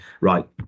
Right